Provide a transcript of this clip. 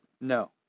No